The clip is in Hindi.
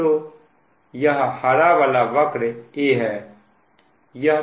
तो यह हरा वाला वक्र A है